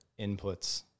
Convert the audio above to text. inputs